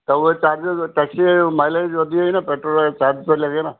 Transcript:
त उहे चार्जिस टैक्सीअ जो माइलेज वधी वई न पैट्रोल जो चार्ज थो लॻे न